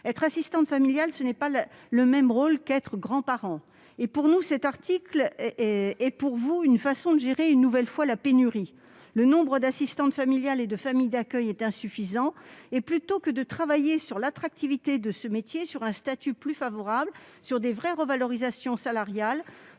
Être assistante familiale, ce n'est pas être grand-mère ! À notre sens, cet article est une façon de gérer une nouvelle fois la pénurie : le nombre d'assistantes familiales et de familles d'accueil est insuffisant ; plutôt que de travailler sur l'attractivité de ce métier, sur un statut plus favorable, sur de vraies revalorisations salariales,